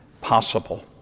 possible